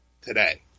today